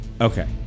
Okay